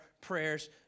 prayers